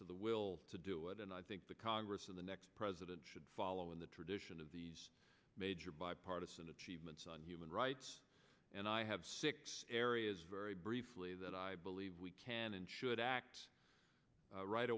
to the will to do it and i think the congress in the next president should follow in the tradition of these major bipartisan achievements on human rights and i have six areas very briefly that i believe we can and should act right